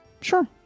Sure